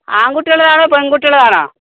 ആൺകുട്ടികളുടേതാണോ പെൺകുട്ടികളുടേതാണോ